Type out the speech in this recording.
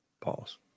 Pause